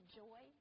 joy